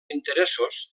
interessos